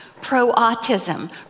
pro-autism